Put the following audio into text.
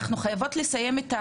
אנחנו חייבות לסיים,